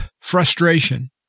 frustration